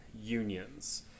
unions